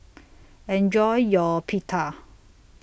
Enjoy your Pita